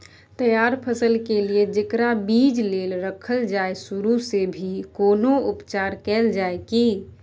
तैयार फसल के लिए जेकरा बीज लेल रखल जाय सुरू मे भी कोनो उपचार कैल जाय की?